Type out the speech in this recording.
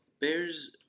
Bears